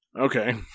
Okay